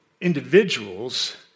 individuals